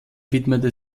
widmete